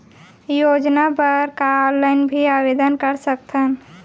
योजना बर का ऑनलाइन भी आवेदन कर सकथन?